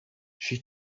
she